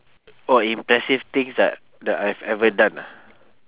oh impressive things that that I've ever done ah